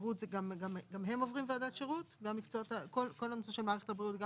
כל הנושא של מערכת הבריאות,